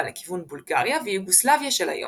לכיוון בולגריה ויוגוסלביה של היום.